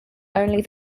only